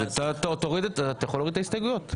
אתה יכול להוריד את ההסתייגויות.